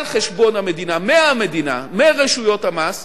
על חשבון המדינה, מהמדינה, מרשויות המס,